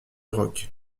roc